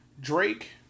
Drake